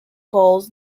calls